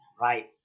right